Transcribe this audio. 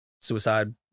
suicide